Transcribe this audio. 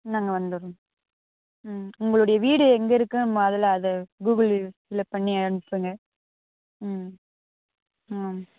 நாங்கள் வந்துடுறோம் ம் உங்களுடைய வீடு எங்கே இருக்குது முதல்ல அதை கூகுள் ஃபில்லப் பண்ணி அனுப்புங்கள் ம் ம்